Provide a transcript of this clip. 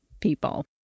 people